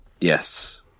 yes